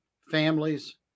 families